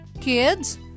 Kids